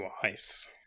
twice